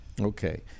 Okay